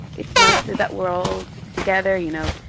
it's nice that we're all together, you know,